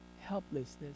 helplessness